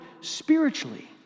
spiritually